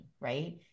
right